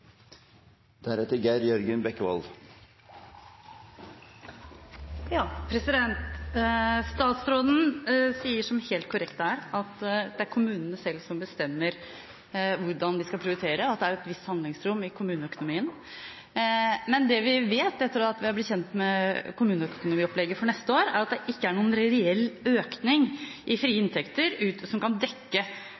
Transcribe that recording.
at det er kommunene selv som bestemmer hvordan de skal prioritere, at det er et visst handlingsrom i kommeøkonomien. Men det vi vet etter å ha blitt kjent med kommuneøkonomiopplegget for neste år, er at det ikke er noen reell økning i frie